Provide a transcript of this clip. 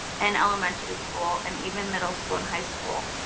and elementary school and even middle school and high school,